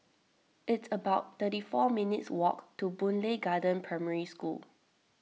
it's about thirty four minutes' walk to Boon Lay Garden Primary School